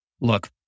look